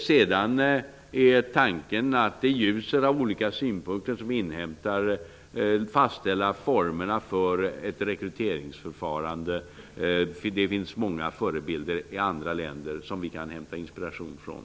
Sedan är tanken att i ljuset av olika synpunkter som inhämtas fastställa formerna för ett rekryteringsförfarande. Till det finns många förebilder i andra länder som vi kan hämta inspiration från.